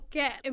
get